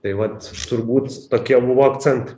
tai vat turbūt tokie buvo akcentai